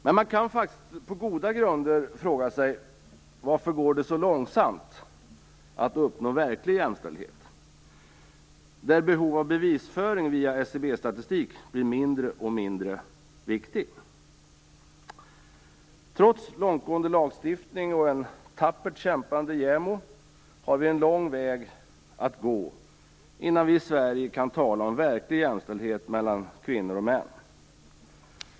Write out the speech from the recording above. Men man kan på goda grunder fråga sig: Varför går det så långsamt att uppnå verklig jämställdhet, när behovet av bevisföring via SCB-statistik blir mindre och mindre viktigt? Trots långtgående lagstiftning och en tappert kämpande JämO har vi en lång väg att gå innan vi i Sverige kan tala om verklig jämställdhet mellan kvinnor och män.